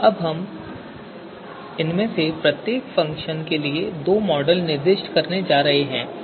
तो अब हम इनमें से प्रत्येक फ़ंक्शन के लिए दो मॉडल निर्दिष्ट करने जा रहे हैं